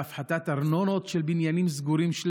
בהפחתת ארנונות של בניינים שלמים סגורים?